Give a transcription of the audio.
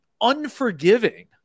unforgiving